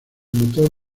motor